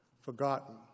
forgotten